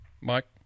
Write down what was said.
mike